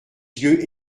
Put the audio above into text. yeux